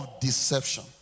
deception